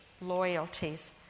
loyalties